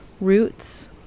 roots